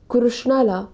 कृष्णाला